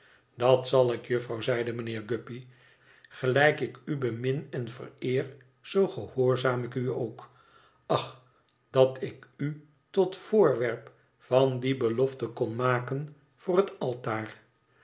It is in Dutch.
dat zal ik jufvrouw zeide mijnheer guppy gelijk ik u bemin en vereer zoo gehoorzaam ik u ook ach dat ik u tot voorwerp van die belofte kon maken voor het altaar